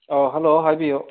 ꯑ ꯍꯜꯂꯣ ꯍꯥꯏꯕꯨꯌꯨ